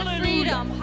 freedom